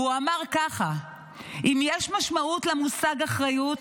והוא אמר ככה: אם יש משמעות למושג אחריות,